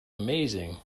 amazing